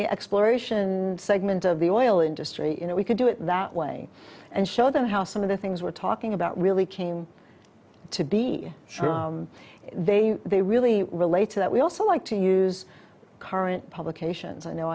the exploration segment of the oil industry in that we can do it that way and show them how some of the things we're talking about really came to be sure they they really relate to that we also like to use current publications i know